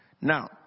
Now